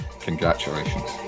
Congratulations